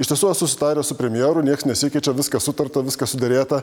iš tiesų esu susitaręs su premjeru niekas nesikeičia viskas sutarta viskas suderėta